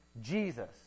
Jesus